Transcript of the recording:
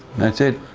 that's it.